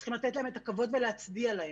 צריכים לתת להם את הכבוד ולהצדיע להם.